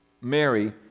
Mary